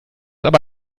aber